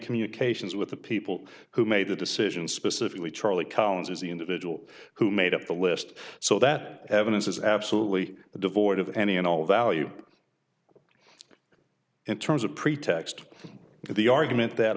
communications with the people who made the decision specifically charlie collins is the individual who made up the list so that evidence is absolutely devoid of any and all value in terms of pretext the argument that